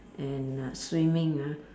and uh swimming ah